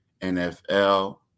NFL